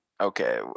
Okay